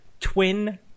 twin